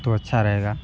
तो अच्छा रहेगा